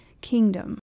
kingdom